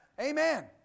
Amen